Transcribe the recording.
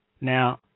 Now